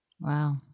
Wow